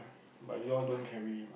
but you all don't carry him ah